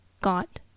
got